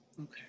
Okay